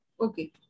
Okay